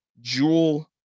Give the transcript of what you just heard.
Jewel